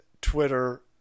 twitter